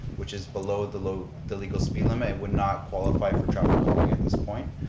which is below below the legal speed limit and would not qualify for traffic um and at this point.